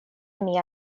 mia